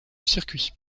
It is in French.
circuit